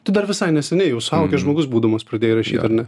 tai dar visai neseniai jau suaugęs žmogus būdamas pradėjai rašyt ar ne